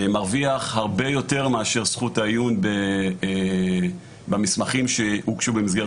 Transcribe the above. מרוויח הרבה יותר מאשר זכות העיון במסמכים שהוגשו במסגרת